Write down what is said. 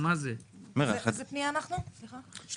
על